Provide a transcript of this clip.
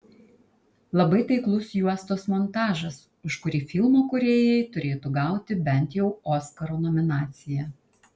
labai taiklus juostos montažas už kurį filmo kūrėjai turėtų gauti bent jau oskaro nominaciją